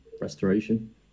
restoration